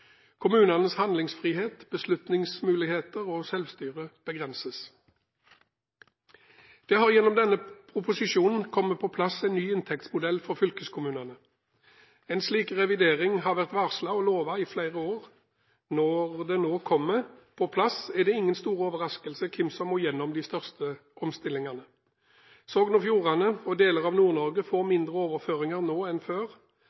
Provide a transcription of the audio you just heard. Kommunenes handlingsfrihet, beslutningsmuligheter og selvstyre begrenses. Det har gjennom denne proposisjonen kommet på plass en ny inntektsmodell for fylkeskommunene. En slik revidering har vært varslet og lovet i flere år. Når det nå kommer på plass, er det ingen stor overraskelse hvem som må igjennom de største omstillingene. Sogn og Fjordane og deler av Nord-Norge får mindre overføringer nå enn før,